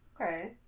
Okay